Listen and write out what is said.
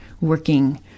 working